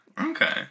Okay